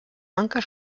anker